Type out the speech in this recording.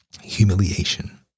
humiliation